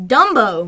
Dumbo